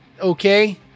Okay